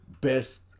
best